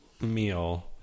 meal